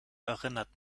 erinnert